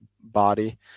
body